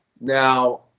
Now